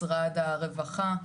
משרד הרווחה,